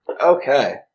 Okay